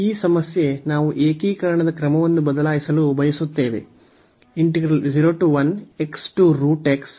ಈ ಸಮಸ್ಯೆ ನಾವು ಏಕೀಕರಣದ ಕ್ರಮವನ್ನು ಬದಲಾಯಿಸಲು ಬಯಸುತ್ತೇವೆ